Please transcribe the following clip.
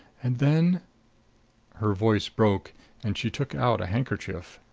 and then her voice broke and she took out a handkerchief.